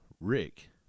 Rick